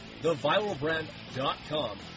theviralbrand.com